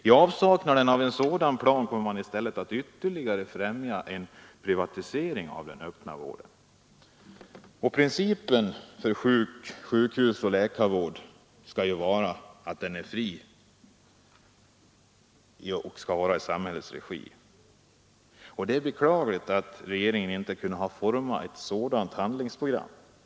I avsaknad av en sådan plan främjar man i stället en ytterligare privatisering av den öppna vården. Principen för sjukhusoch läkarvård skall vara att den är avgiftsfri och sker i samhällets regi. Det är beklagligt att regeringen inte kunnat forma ett handlingsprogram i enlighet härmed.